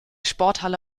sporthalle